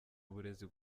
uburezi